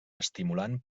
estimulant